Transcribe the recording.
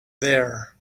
there